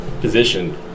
position